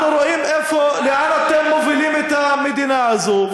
אנחנו רואים לאן אתם מובילים את המדינה הזו,